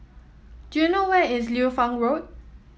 do you know where is Liu Fang Road